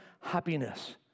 happiness